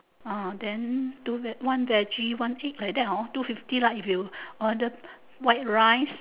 ah then two veg one veggie one egg like that hor two fifty lah if you order white rice